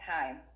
time